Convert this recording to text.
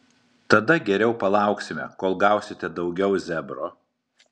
tada geriau palauksime kol gausite daugiau zebro